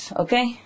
okay